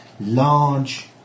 large